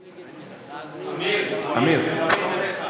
עמיר,